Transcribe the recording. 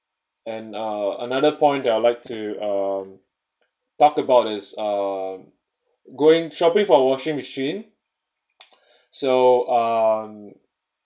and uh another point I would like to um talk about is um going shopping for washing machine so um